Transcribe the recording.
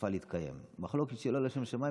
סופה להתקיים"; מחלוקת שהיא לא לשם שמיים,